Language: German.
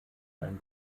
ein